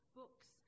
books